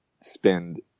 spend